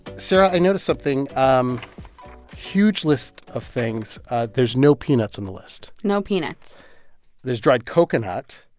sarah, i notice something. um huge list of things there's no peanuts on the list no peanuts there's dried coconut.